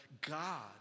God